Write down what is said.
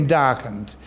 darkened